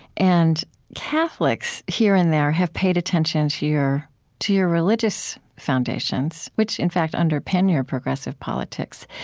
and catholics, here and there, have paid attention to your to your religious foundations, which, in fact, underpin your progressive politics.